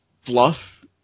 fluff